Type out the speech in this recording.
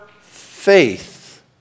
faith